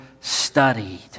studied